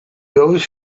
goes